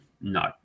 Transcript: No